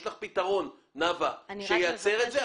יש לך פתרון שייצר את זה?